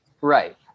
right